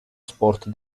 sport